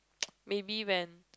maybe when